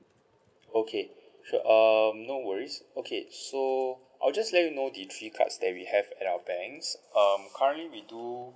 okay sure um no worries okay so I'll just let you know the three cards that we have at our banks um currently we do